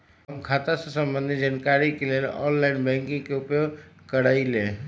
हम खता से संबंधित जानकारी के लेल ऑनलाइन बैंकिंग के उपयोग करइले